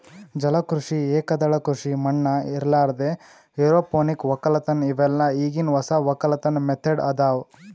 ಜಲ ಕೃಷಿ, ಏಕದಳ ಕೃಷಿ ಮಣ್ಣ ಇರಲಾರ್ದೆ ಎರೋಪೋನಿಕ್ ವಕ್ಕಲತನ್ ಇವೆಲ್ಲ ಈಗಿನ್ ಹೊಸ ವಕ್ಕಲತನ್ ಮೆಥಡ್ ಅದಾವ್